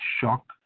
shock